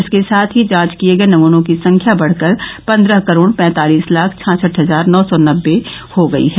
इसके साथ ही जांच किए गए नमूनों की संख्या बढ़कर पन्द्रह करोड़ पैंतालिस लाख छाछठ हजार नौ सौ नब्बे हो गई है